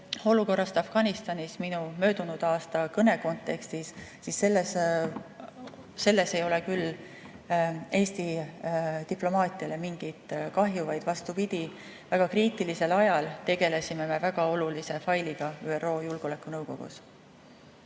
olukorrast Afganistanis minu möödunud aasta kõne kontekstis, siis selles ei ole küll Eesti diplomaatiale mingit kahju. Vastupidi, väga kriitilisel ajal tegelesime me väga olulise failiga ÜRO Julgeolekunõukogus.